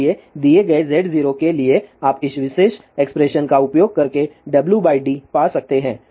इसलिए दिए गए Z0 के लिए आप इस विशेष एक्सप्रेशन का उपयोग करके W d पा सकते हैं